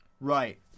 Right